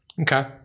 Okay